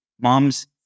moms